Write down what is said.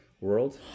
world